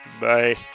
Bye